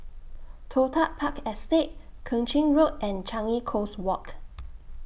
Toh Tuck Park Estate Keng Chin Road and Changi Coast Walk